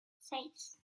seis